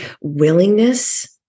willingness